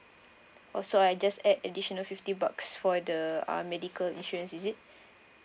oh so I just add additional fifty bucks for the uh medical insurance is it